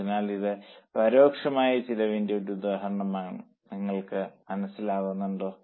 അതിനാൽ ഇത് പരോക്ഷമായ ചിലവിന്റെ ഒരു ഉദാഹരണമാണ് നിങ്ങൾക്ക് മനസ്സിലാകുന്നുണ്ടോ